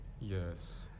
Yes